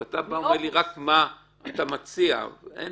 -- ואתה בא ואומר לי רק מה אתה מציע אין,